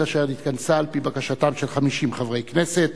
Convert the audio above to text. אשר התכנסה על-פי בקשתם של 50 חברי כנסת